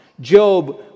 Job